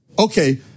Okay